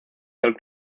del